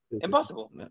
Impossible